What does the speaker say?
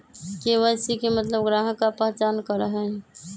KYC के मतलब ग्राहक का पहचान करहई?